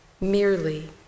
merely